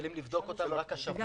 אני פה בשם כל המפלגות, לא רק בשם